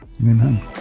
Amen